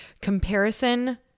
comparison